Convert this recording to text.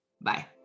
Bye